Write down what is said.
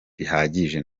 nasanze